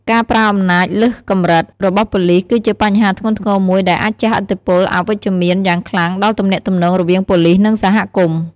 ការ ប្រើអំណាចលើសកម្រិត របស់ប៉ូលីសគឺជាបញ្ហាធ្ងន់ធ្ងរមួយដែលអាចជះឥទ្ធិពលអវិជ្ជមានយ៉ាងខ្លាំងដល់ទំនាក់ទំនងរវាងប៉ូលិស និងសហគមន៍។